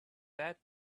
that